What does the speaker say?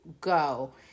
go